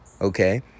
okay